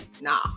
Nah